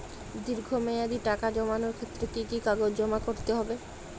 দীর্ঘ মেয়াদি টাকা জমানোর ক্ষেত্রে কি কি কাগজ জমা করতে হবে?